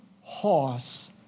horse